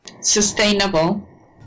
Sustainable